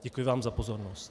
Děkuji vám za pozornost.